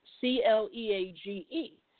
C-L-E-A-G-E